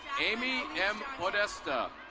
amy m odesta.